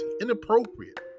inappropriate